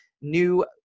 new